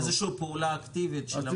זה יהיה איזושהי פעולה אקטיבית של המפקח.